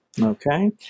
okay